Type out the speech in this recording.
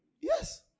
Yes